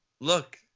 look